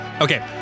Okay